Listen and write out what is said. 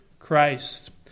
Christ